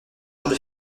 jours